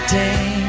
day